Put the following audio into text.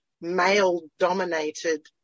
male-dominated